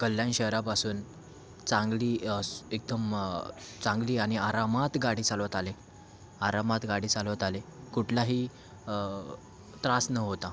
कल्यान शहरापासून चांगली एकदम चांगली आणि आरामात गाडी चालवत आले आरामात गाडी चालवत आले कुठलाही त्रास न होता